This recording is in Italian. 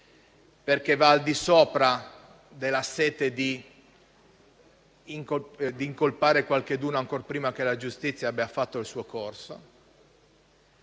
perché va al di sopra della sete di incolpare qualcuno, ancor prima che la giustizia abbia fatto il suo corso.